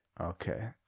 Okay